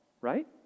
right